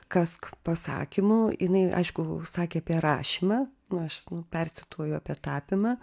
kas pasakymu jinai aišku sakė apie rašymą nu aš nu percituoju apie tapimą